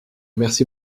merci